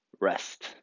rest